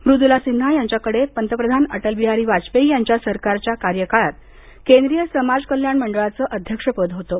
मृदुला सिन्हा यांच्याकडे पंतप्रधान अटलबिहारी वाजपेयी यांच्या सरकारच्या कार्यकाळात केंद्रीय समाज कल्याण मंडळाचं अध्यक्षपद होतं